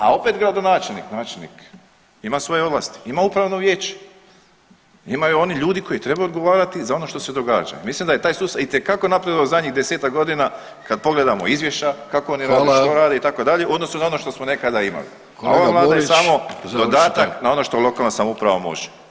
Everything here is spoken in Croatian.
A opet gradonačelnik, načelnik ima svoje ovlasti, ima upravo vijeće, imaju oni ljudi koji trebaju odgovarati za ono što se događa i mislim da je taj sustav itekako napredovao u zadnjih desetak godina kad pogledamo izvješća kako oni rade [[Upadica Vidović: Hvala.]] što rade itd. u odnosu na ono što smo nekada imali. …/Govornici govore u isto vrijeme./… na ono što lokalna samouprava može.